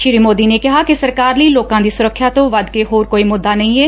ਸ੍ਰੀ ਮੋਦੀ ਨੇ ਕਿਹਾ ਕਿ ਸਰਕਾਰ ਲਈ ਲੋਕਾ ਦੀ ਸੁਰੱਖਿਆ ਤੋ ਵਧ ਕੇ ਹੋਰ ਕੋਈ ਮੁੱਦਾ ਨਹੀ ਏ